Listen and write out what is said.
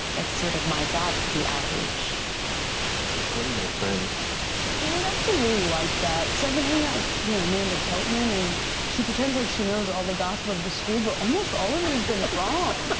it's sort of my job to be outreach. matt it's important to make friends. ally okay, i would actually really like that, because i've been hanging out with, you know, amanda beltman, and she pretends like she knows all the gossip of the school, but almost all of it has been wrong.